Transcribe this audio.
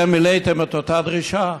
אתם מילאתם את אותה דרישה?